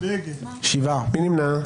מי נמנע?